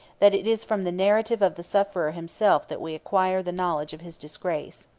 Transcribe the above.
that it is from the narrative of the sufferer himself that we acquire the knowledge of his disgrace.